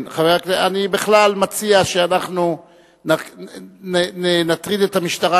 אני בכלל מציע שאנחנו נטריד את המשטרה